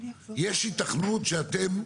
יש היתכנות שאתם,